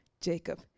Jacob